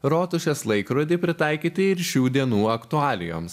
rotušės laikrodį pritaikyti ir šių dienų aktualijoms